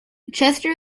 chester